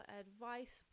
advice